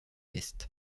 est